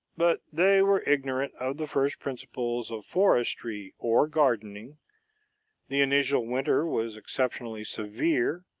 but they were ignorant of the first principles of forestry or gardening the initial winter was exceptionally severe,